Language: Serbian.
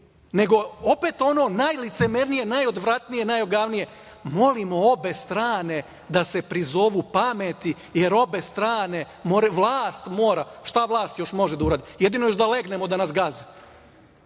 Nego, opet ono najlicemernije, najodvratnije, najogavnije – molimo obe strane da se prizovu pameti jer obe strane moraju, vlast mora. Šta vlast još može da uradi? Jedino još da legnemo da nas